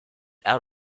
out